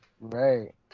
right